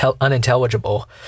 unintelligible